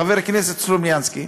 חבר כנסת סלומינסקי: